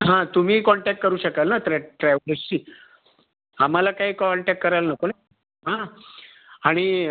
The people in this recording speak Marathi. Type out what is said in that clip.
हां तुम्ही कॉन्टॅक करू शकाल ना ट्रॅ ट्रॅवलर्सशी आम्हाला काही कॉन्टॅक करायला नको ना हां आणि